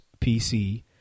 PC